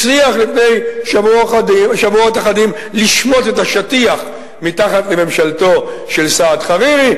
הצליח לפני שבועות אחדים לשמוט את השטיח מתחת לממשלתו של סעד חרירי.